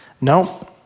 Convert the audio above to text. No